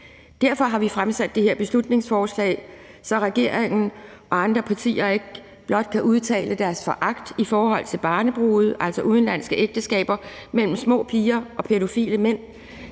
Derfor har vi fremsat det her beslutningsforslag, sådan at regeringen og andre partier ikke blot kan udtrykke deres foragt i forhold til barnebrude, altså udenlandske ægteskaber mellem små piger og pædofile mænd,